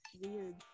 weird